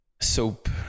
soap